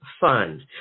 fun